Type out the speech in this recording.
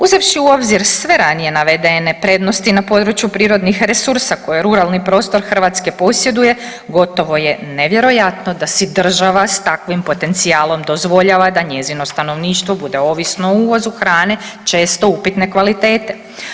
Uzevši u obzir sve ranije navedene prednosti na području prirodnih resursa koje ruralni prostor Hrvatske posjeduje gotovo je nevjerojatno da si država s takvim potencijalom dozvoljava da njezino stanovništvo bude ovisno o uvozu hrane često upitne kvalitete.